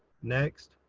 next.